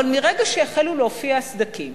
אבל מרגע שהחלו להופיע סדקים,